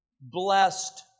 blessed